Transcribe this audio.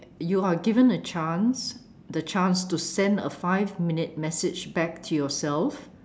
you are given a chance the chance to send a five minute message back to yourself